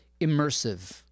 immersive